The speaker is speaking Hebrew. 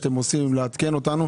שתעדכנו אותנו.